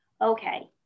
okay